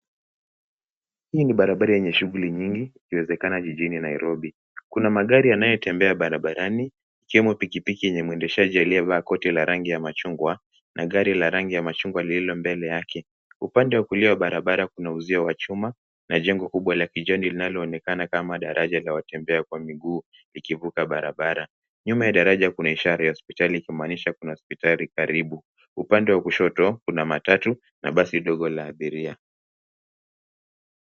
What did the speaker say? Hii ni barabara yenye shughuli nyingi ikiwezekana jijini Nairobi. Kuna magari yanayotembea barabarani ikiwemo pikipiki yenye mwendeshaji aliyevaa koti la rangi ya machungwa na gari la rangi ya machungwa lililombele yake. Upande wa kulia wa barabara kuna uzio wa chuma na jengo kubwa la kijani linaloonekana kama daraja la watembea kwa miguu likivuka barabara. Nyuma ya daraja kuna ishara ya hospitali ikimaanisha kuna hospitali karibu. Upande wa kushoto kuna matatu na basi dogo la abiria.